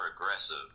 aggressive